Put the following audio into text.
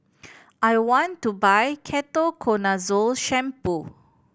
I want to buy Ketoconazole Shampoo